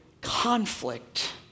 conflict